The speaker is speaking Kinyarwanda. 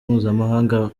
mpuzamahanga